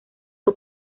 que